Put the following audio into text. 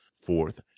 Fourth